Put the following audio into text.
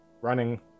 running